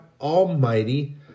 Almighty